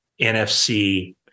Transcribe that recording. NFC